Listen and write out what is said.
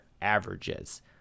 averages